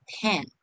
pen